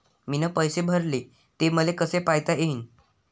मीन पैसे भरले, ते मले कसे पायता येईन?